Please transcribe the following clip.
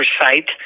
site